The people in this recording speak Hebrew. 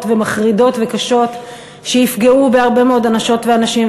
ומחרידות וקשות שיפגעו בהרבה מאוד אנשות ואנשים,